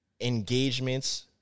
engagements